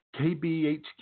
KBHQ